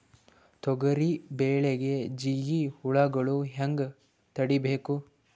ತೊಗರಿ ಬೆಳೆಗೆ ಜಿಗಿ ಹುಳುಗಳು ಹ್ಯಾಂಗ್ ತಡೀಬೇಕು?